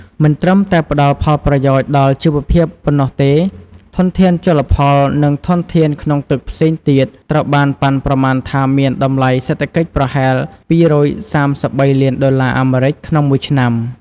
មិនត្រឹមតែផ្ដល់ផលប្រយោជន៍ដល់ជីវភាពប៉ុណ្ណោះទេ ធនធានជលផល និងធនធានក្នុងទឹកផ្សេងទៀតត្រូវបានប៉ាន់ប្រមាណថាមានតម្លៃសេដ្ឋកិច្ចប្រហែល ២៣៣ លានដុល្លារអាមេរិកក្នុងមួយឆ្នាំ។